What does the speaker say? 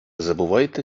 забувайте